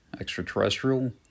extraterrestrial